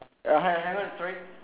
uh ha~ hang on sorry